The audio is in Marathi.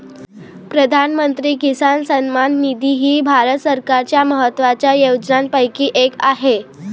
प्रधानमंत्री किसान सन्मान निधी ही भारत सरकारच्या महत्वाच्या योजनांपैकी एक आहे